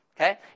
Okay